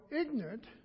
ignorant